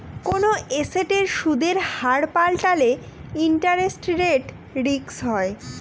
কোনো এসেটের সুদের হার পাল্টালে ইন্টারেস্ট রেট রিস্ক হয়